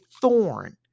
thorn